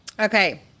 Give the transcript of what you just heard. Okay